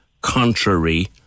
contrary